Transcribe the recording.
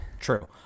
True